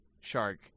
shark